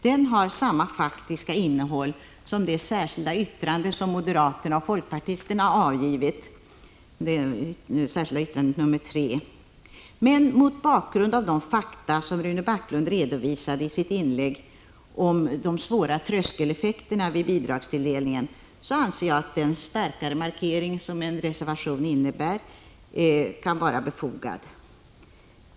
Den har samma faktiska innehåll som det särskilda yttrandet nr 3, som moderaterna och folkpartisterna har avgivit, men mot bakgrund av de fakta som Rune Backlund redovisade i sitt inlägg om de svåra tröskeleffek terna vid bidragstilldelningen, anser jag att den starkare markering som en reservation innebär kan vara befogad.